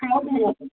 हा भइया